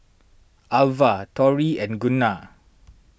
Alva Torrey and Gunnar